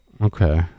Okay